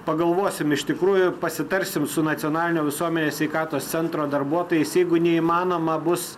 pagalvosim iš tikrųjų pasitarsim su nacionalinio visuomenės sveikatos centro darbuotojais jeigu neįmanoma bus